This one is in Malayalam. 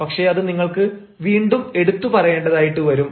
പക്ഷേ അത് നിങ്ങൾക്ക് വീണ്ടും എടുത്തുപറയേണ്ടതായിട്ട് വരും